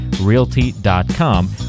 realty.com